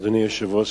אדוני היושב-ראש,